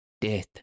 Death